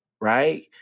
right